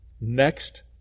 Next